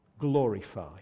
glorify